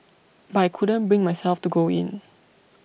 but I couldn't bring myself to go in